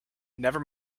never